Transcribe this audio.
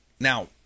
Now